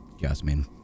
Jasmine